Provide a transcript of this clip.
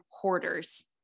hoarders